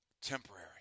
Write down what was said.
temporary